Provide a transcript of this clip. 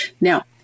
Now